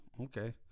okay